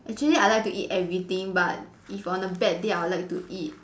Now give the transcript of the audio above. actually I like to eat everything but if on a bad day I'll like to eat